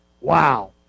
Wow